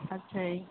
ਅੱਛਾ ਜੀ